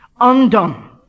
undone